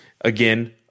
again